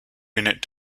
unit